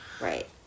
Right